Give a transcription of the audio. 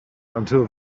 until